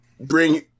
bring